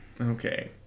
okay